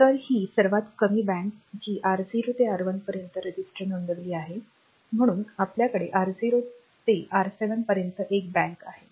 तर ही सर्वात कमी बँक आहे जी R0 ते R1 पर्यंत नोंदविली आहेत म्हणून आपल्याकडे R0 ते R7 पर्यंत एक बँक आहे